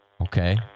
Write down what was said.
Okay